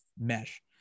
mesh